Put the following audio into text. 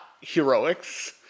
heroics